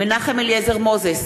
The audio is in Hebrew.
מנחם אליעזר מוזס,